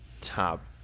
top